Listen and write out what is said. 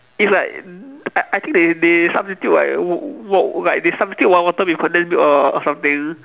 it's like I I think they they substitute like wa~ wa~ like they substitute water with condensed milk or or something